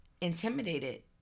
intimidated